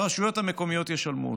והרשויות המקומיות ישלמו אותן.